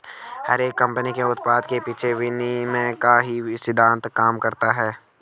हर एक कम्पनी के उत्पाद के पीछे विनिमय का ही सिद्धान्त काम करता है